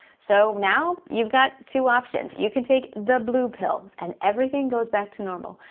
so now, you've got two options. you can take the blue pill and everything goes back to normal.